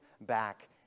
back